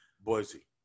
Boise